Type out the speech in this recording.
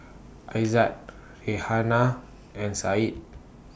Aizat Raihana and Said